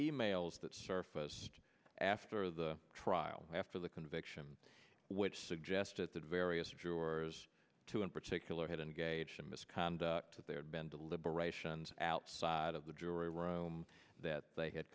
e mails that surface after the trial after the conviction which suggested that various jurors two in particular had engaged in misconduct that there had been deliberations outside of the jury room that they had